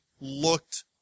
looked